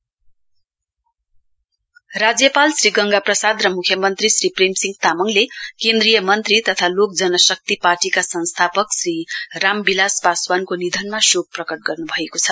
governor CM condolence राज्यपाल श्री गंगा प्रसाद र मुख्यमन्त्री श्री प्रेमसिंह तामङले केन्द्रीय मन्त्री तथा लोक जनशक्ति पार्टीका संस्थापक श्री राम विलास पासवानको निधनमा शोक प्रकट गर्नुभएको छ